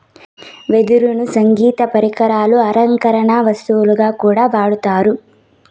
వెదురును సంగీత పరికరాలు, అలంకరణ వస్తువుగా కూడా వాడతారు